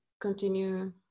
continue